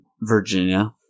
Virginia